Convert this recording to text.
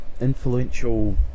influential